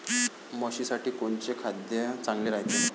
म्हशीसाठी कोनचे खाद्य चांगलं रायते?